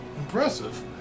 impressive